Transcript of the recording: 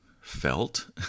felt